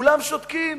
כולם שותקים.